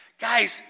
Guys